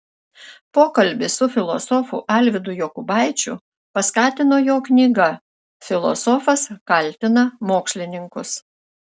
pokalbį su filosofu alvydu jokubaičiu paskatino jo knyga filosofas kaltina mokslininkus